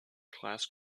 class